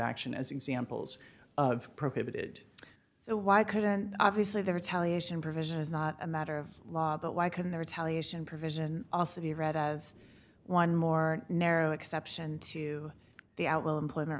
action as examples of prohibited so why couldn't obviously they retaliate and provision is not a matter of law but why couldn't they retaliate in provision to be read as one more narrow exception to the outlaw implement